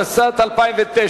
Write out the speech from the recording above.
התשס"ט 2009,